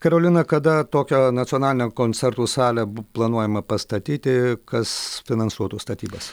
karolina kada tokią nacionalinę koncertų salę planuojama pastatyti kas finansuotų statybas